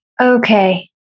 Okay